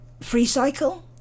FreeCycle